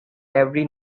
every